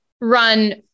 run